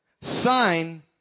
sign